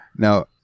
Now